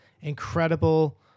Incredible